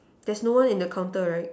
there's no one in the counter right